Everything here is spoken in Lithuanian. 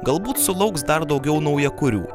galbūt sulauks dar daugiau naujakurių